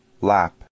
lap